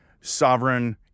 sovereign